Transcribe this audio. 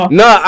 no